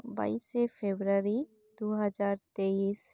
ᱵᱟᱭᱤᱥᱮ ᱯᱷᱮᱵᱽᱨᱟᱨᱤ ᱫᱩ ᱦᱟᱡᱟᱨ ᱛᱮᱭᱤᱥ